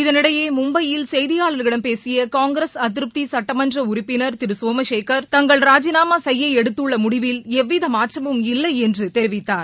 இதனிடையே மும்பையில் செய்தியாளர்களிடம் பேசிய காங்கிரஸ் அதிருப்தி சுட்டமன்ற உறுப்பினர் திரு சோமசேகர் தாங்கள் ராஜினாமா செய்ய எடுத்துள்ள முடிவில் எவ்வித மாற்றமும் இல்லை என்று தெரிவித்தார்